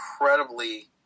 incredibly